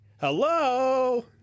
Hello